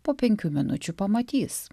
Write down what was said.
po penkių minučių pamatys